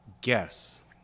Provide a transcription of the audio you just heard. guess